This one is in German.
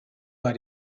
war